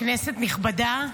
כנסת נכבדה,